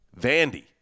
Vandy